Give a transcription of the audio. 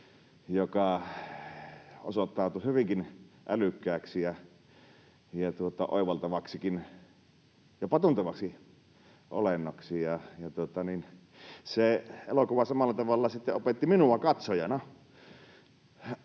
joka osoittautui hyvinkin älykkääksi ja oivaltavaksikin, jopa tuntevaksi olennoksi. Se elokuva samalla tavalla sitten opetti minua katsojana